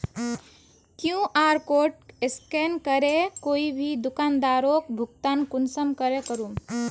QR code scan करे कोई भी दुकानदारोक भुगतान कुंसम करे करूम?